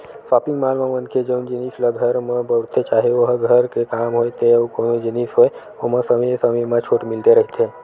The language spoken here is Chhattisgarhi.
सॉपिंग मॉल म मनखे जउन जिनिस ल घर म बउरथे चाहे ओहा घर के काम होय ते अउ कोनो जिनिस होय ओमा समे समे म छूट मिलते रहिथे